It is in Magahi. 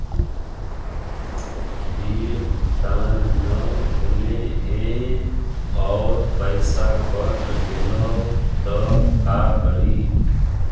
बिल भुगतान न हौले हे और पैसा कट गेलै त का करि?